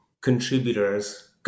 contributors